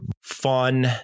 fun